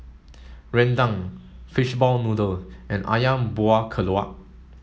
Rendang fishball noodle and Ayam Buah Keluak